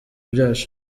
byacu